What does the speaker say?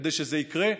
כדי שזה יקרה,